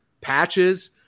patches